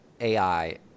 AI